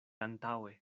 antaŭe